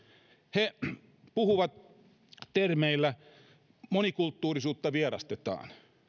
he puhuvat näillä termeillä monikulttuurisuutta vierastetaan